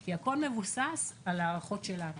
כי הכול מבוסס על ההערכות שלנו.